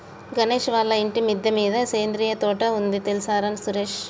గణేష్ వాళ్ళ ఇంటి మిద్దె మీద సేంద్రియ తోట ఉంది తెల్సార సురేష్